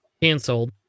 canceled